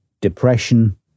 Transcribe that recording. depression